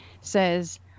says